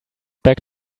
back